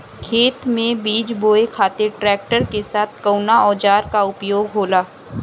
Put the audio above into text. खेत में बीज बोए खातिर ट्रैक्टर के साथ कउना औजार क उपयोग होला?